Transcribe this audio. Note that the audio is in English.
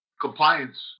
compliance